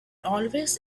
always